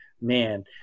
man